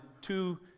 two